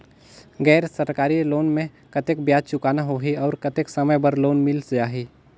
गैर सरकारी लोन मे कतेक ब्याज चुकाना होही और कतेक समय बर लोन मिल जाहि?